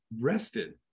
rested